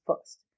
first